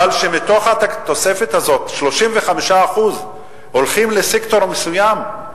אבל כשמתוך התוספת הזאת 35% הולכים לסקטור מסוים,